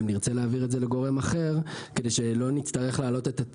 אם נרצה להעביר את זה לגורם אחר,